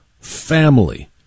family